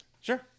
Sure